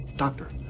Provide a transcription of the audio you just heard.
Doctor